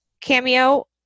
cameo